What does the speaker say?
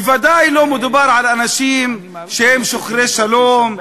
בוודאי לא מדובר על אנשים שהם שוחרי שלום,